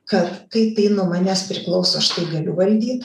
kad kai tai nuo manęs priklauso aš tai galiu valdyt